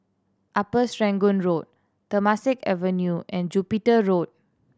Upper Serangoon Road Temasek Avenue and Jupiter Road